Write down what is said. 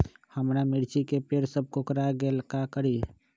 हमारा मिर्ची के पेड़ सब कोकरा गेल का करी?